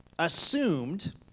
assumed